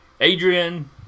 Adrian